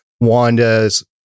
Wanda's